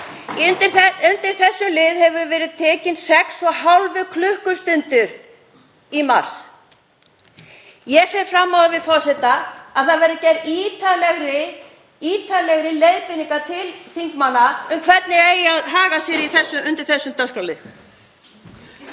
Undir þessum lið hefur verið tekin sex og hálf klukkustund í mars. Ég fer fram á það við forseta að það verði gerðar ítarlegri leiðbeiningar til þingmanna um hvernig eigi að haga sér undir þessum dagskrárlið.